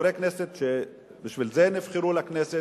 לחברי כנסת, שבשביל זה הם נבחרו לכנסת,